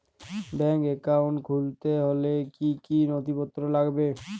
Bank account খুলতে হলে কি কি নথিপত্র লাগবে?